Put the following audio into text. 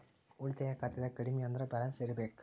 ಉಳಿತಾಯ ಖಾತೆದಾಗ ಕಡಮಿ ಅಂದ್ರ ಬ್ಯಾಲೆನ್ಸ್ ಇರ್ಬೆಕ್